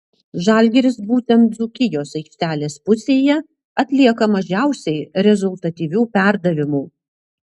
žalgiris būtent dzūkijos aikštelės pusėje atlieka mažiausiai rezultatyvių perdavimų